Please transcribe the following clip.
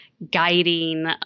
guiding